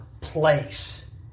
place